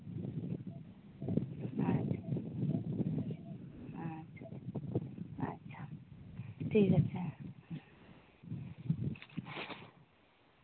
ᱟᱪᱪᱷᱟ ᱟᱪᱪᱷᱟ ᱴᱷᱤᱠ ᱟᱪᱷᱮ